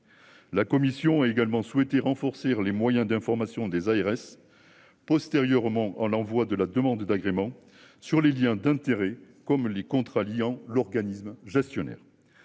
La commission a également souhaité renforcer les moyens d'information des ARS. Postérieurement en l'envoi de la demande d'agrément sur les Liens d'intérêts. Comme les contrats liant l'organisme gestionnaire.